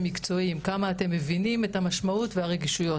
מקצועיים וכמה אתם מבינים את המשמעות והרגישויות,